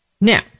Now